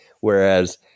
Whereas